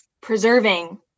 preserving